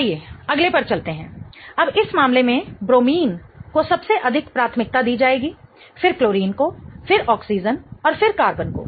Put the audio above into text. आइए अगले पर चलते हैं अब इस मामले में ब्रोमीन को सबसे अधिक प्राथमिकता दी जाएगी फिर क्लोरीन को फिर ऑक्सीजन और फिर कार्बन को